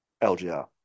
Lgr